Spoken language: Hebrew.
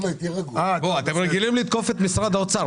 אתם רגילים לתקוף את משרד האוצר.